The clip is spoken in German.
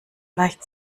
leicht